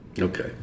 Okay